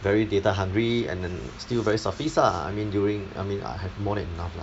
very data hungry and then still very suffice lah I mean during I mean I have more than enough lah